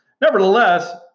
Nevertheless